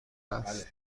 است